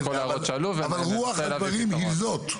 רוח הדברים היא זאת.